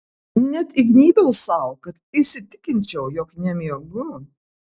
net įgnybiau sau kad įsitikinčiau jog nemiegu